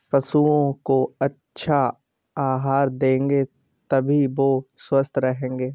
पशुओं को अच्छा आहार दोगे तभी वो स्वस्थ रहेंगे